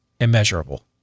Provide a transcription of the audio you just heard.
immeasurable